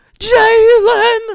Jalen